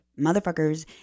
motherfuckers